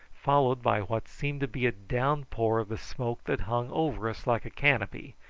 followed by what seemed to be a downpour of the smoke that hung over us like a canopy,